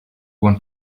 want